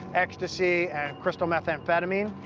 ecstasy, and crystal methamphetamine.